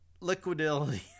liquidity